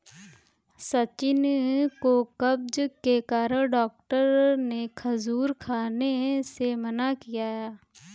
सचिन को कब्ज के कारण डॉक्टर ने खजूर खाने से मना किया